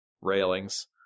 railings